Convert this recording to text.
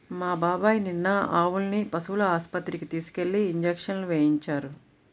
మా బాబాయ్ నిన్న ఆవుల్ని పశువుల ఆస్పత్రికి తీసుకెళ్ళి ఇంజక్షన్లు వేయించారు